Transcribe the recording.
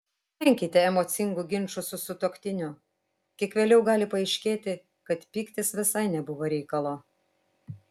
venkite emocingų ginčų su sutuoktiniu kiek vėliau gali paaiškėti kad pyktis visai nebuvo reikalo